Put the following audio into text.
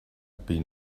been